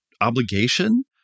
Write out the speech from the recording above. obligation